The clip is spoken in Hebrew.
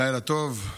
לילה טוב,